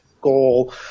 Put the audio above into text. goal